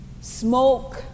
smoke